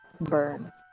burn